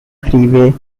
freeway